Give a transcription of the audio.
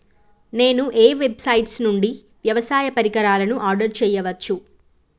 నేను ఏ వెబ్సైట్ నుండి వ్యవసాయ పరికరాలను ఆర్డర్ చేయవచ్చు?